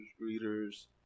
readers